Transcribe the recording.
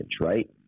right